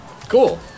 Cool